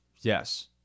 Yes